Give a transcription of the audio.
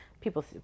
people